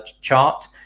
chart